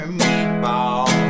meatball